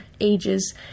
ages